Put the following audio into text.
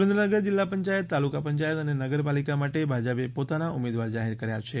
સુરેન્દ્રનગર જિલ્લા પંચાયત તાલુકા પંચાયત અને નગરપાલિકા માટે ભાજપે પોતાના ઉમેદવાર જાહેર કર્યા છે